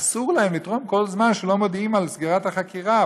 אסור להן לתרום כל זמן שלא מודיעים על סגירת החקירה,